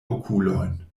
okulojn